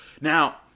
Now